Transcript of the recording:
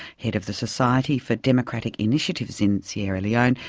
head of the society for democratic initiatives in sierra leone.